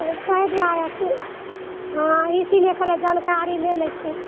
ओ ताहि दुआरे पू हाँ इसीलिये कहलियै जानकारी लय लैत छी